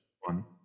one